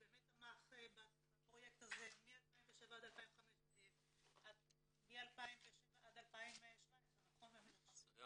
באמת תמך בפרויקט הזה מ-2007 עד 2017. זה היה